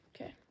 Okay